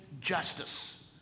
justice